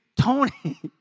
Tony